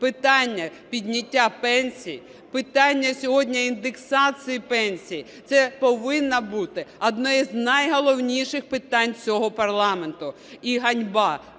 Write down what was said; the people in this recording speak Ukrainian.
питання підняття пенсій, питання сьогодні індексацій пенсій - це повинно бути одне із найголовніших питань цього парламенту. І ганьба